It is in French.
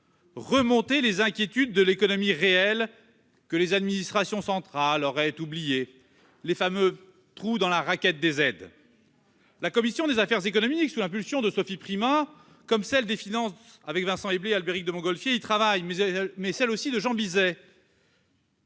remonter les inquiétudes de l'économie réelle oubliées par les administrations centrales, les fameux « trous dans la raquette » des aides. La commission des affaires économiques, sous l'impulsion de Sophie Primas, comme celle des finances, avec Vincent Éblé et Albéric de Montgolfier, mais aussi celle des